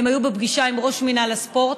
הן היו בפגישה עם ראש מינהל הספורט,